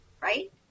Right